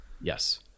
Yes